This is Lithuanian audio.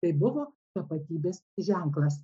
tai buvo tapatybės ženklas